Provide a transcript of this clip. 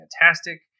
fantastic